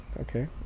Okay